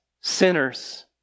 sinners